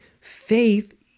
Faith